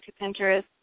Pinterest